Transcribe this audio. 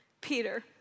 Peter